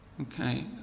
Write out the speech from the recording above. Okay